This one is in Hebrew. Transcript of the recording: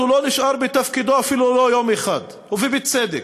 הוא לא נשאר בתפקידו אפילו יום אחד, ובצדק.